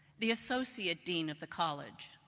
the associate dean of the college,